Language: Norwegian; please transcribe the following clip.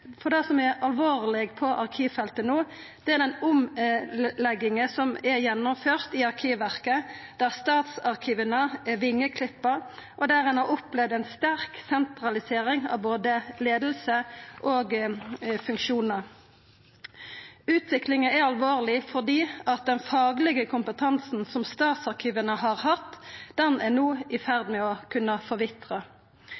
dette. Det som er alvorleg på arkivfeltet no, er den omlegginga som er gjennomført i Arkivverket, der statsarkiva er vengeklipte, og der ein har opplevd ei sterk sentralisering av både leiing og funksjonar. Utviklinga er alvorleg fordi den faglege kompetansen som statsarkiva har hatt, no er i